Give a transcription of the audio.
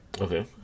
Okay